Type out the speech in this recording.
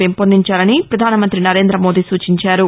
పెంపొందించాలని వధానమంతి నరేందమోదీ సూచించారు